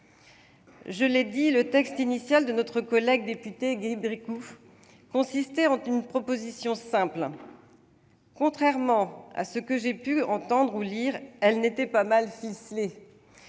Je l'ai indiqué, le texte initial de notre collègue député Guy Bricout consistait en une proposition simple ; contrairement à ce que j'ai pu entendre ou lire, celle-ci n'était pas mal ficelée,